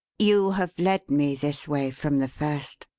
you have led me this way from the first,